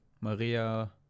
Maria